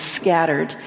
scattered